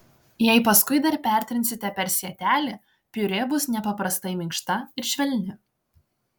jei paskui dar pertrinsite per sietelį piurė bus nepaprastai minkšta ir švelni